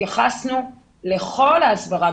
התייחסנו לכל ההסברה,